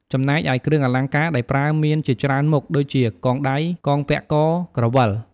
ចំណែកឯគ្រឿងអលង្ការដែលប្រើមានជាច្រើនមុខ ដូចជា កងដៃ កងពាក់ក ក្រវិល។